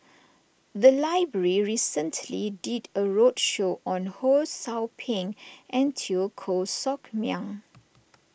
the library recently did a roadshow on Ho Sou Ping and Teo Koh Sock Miang